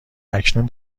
اکنون